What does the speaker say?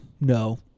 no